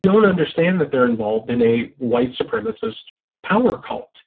don't understand that they're involved in a white supremacist power cult.